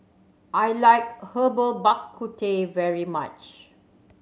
I like Herbal Bak Ku Teh very much